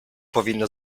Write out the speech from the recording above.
powinno